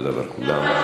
תודה רבה לכולם.